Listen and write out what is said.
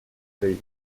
stage